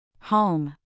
Home